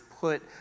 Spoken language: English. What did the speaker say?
put